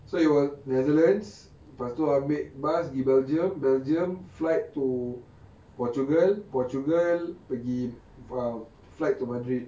so it was netherlands lepas tu ambil bus pergi belgium belgium flight to portugal portugal pergi um flight to madrid